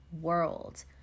world